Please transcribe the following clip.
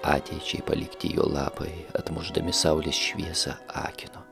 ateičiai palikti jo lapai atmušdami saulės šviesą akino